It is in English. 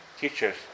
teachers